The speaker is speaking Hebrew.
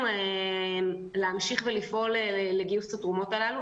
יש להמשיך לפעול לגיוס התרומות האלה.